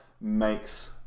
makes